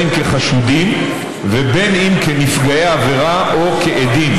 אם כחשודים ואם כנפגעי עבירה או כעדים.